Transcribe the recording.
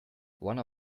one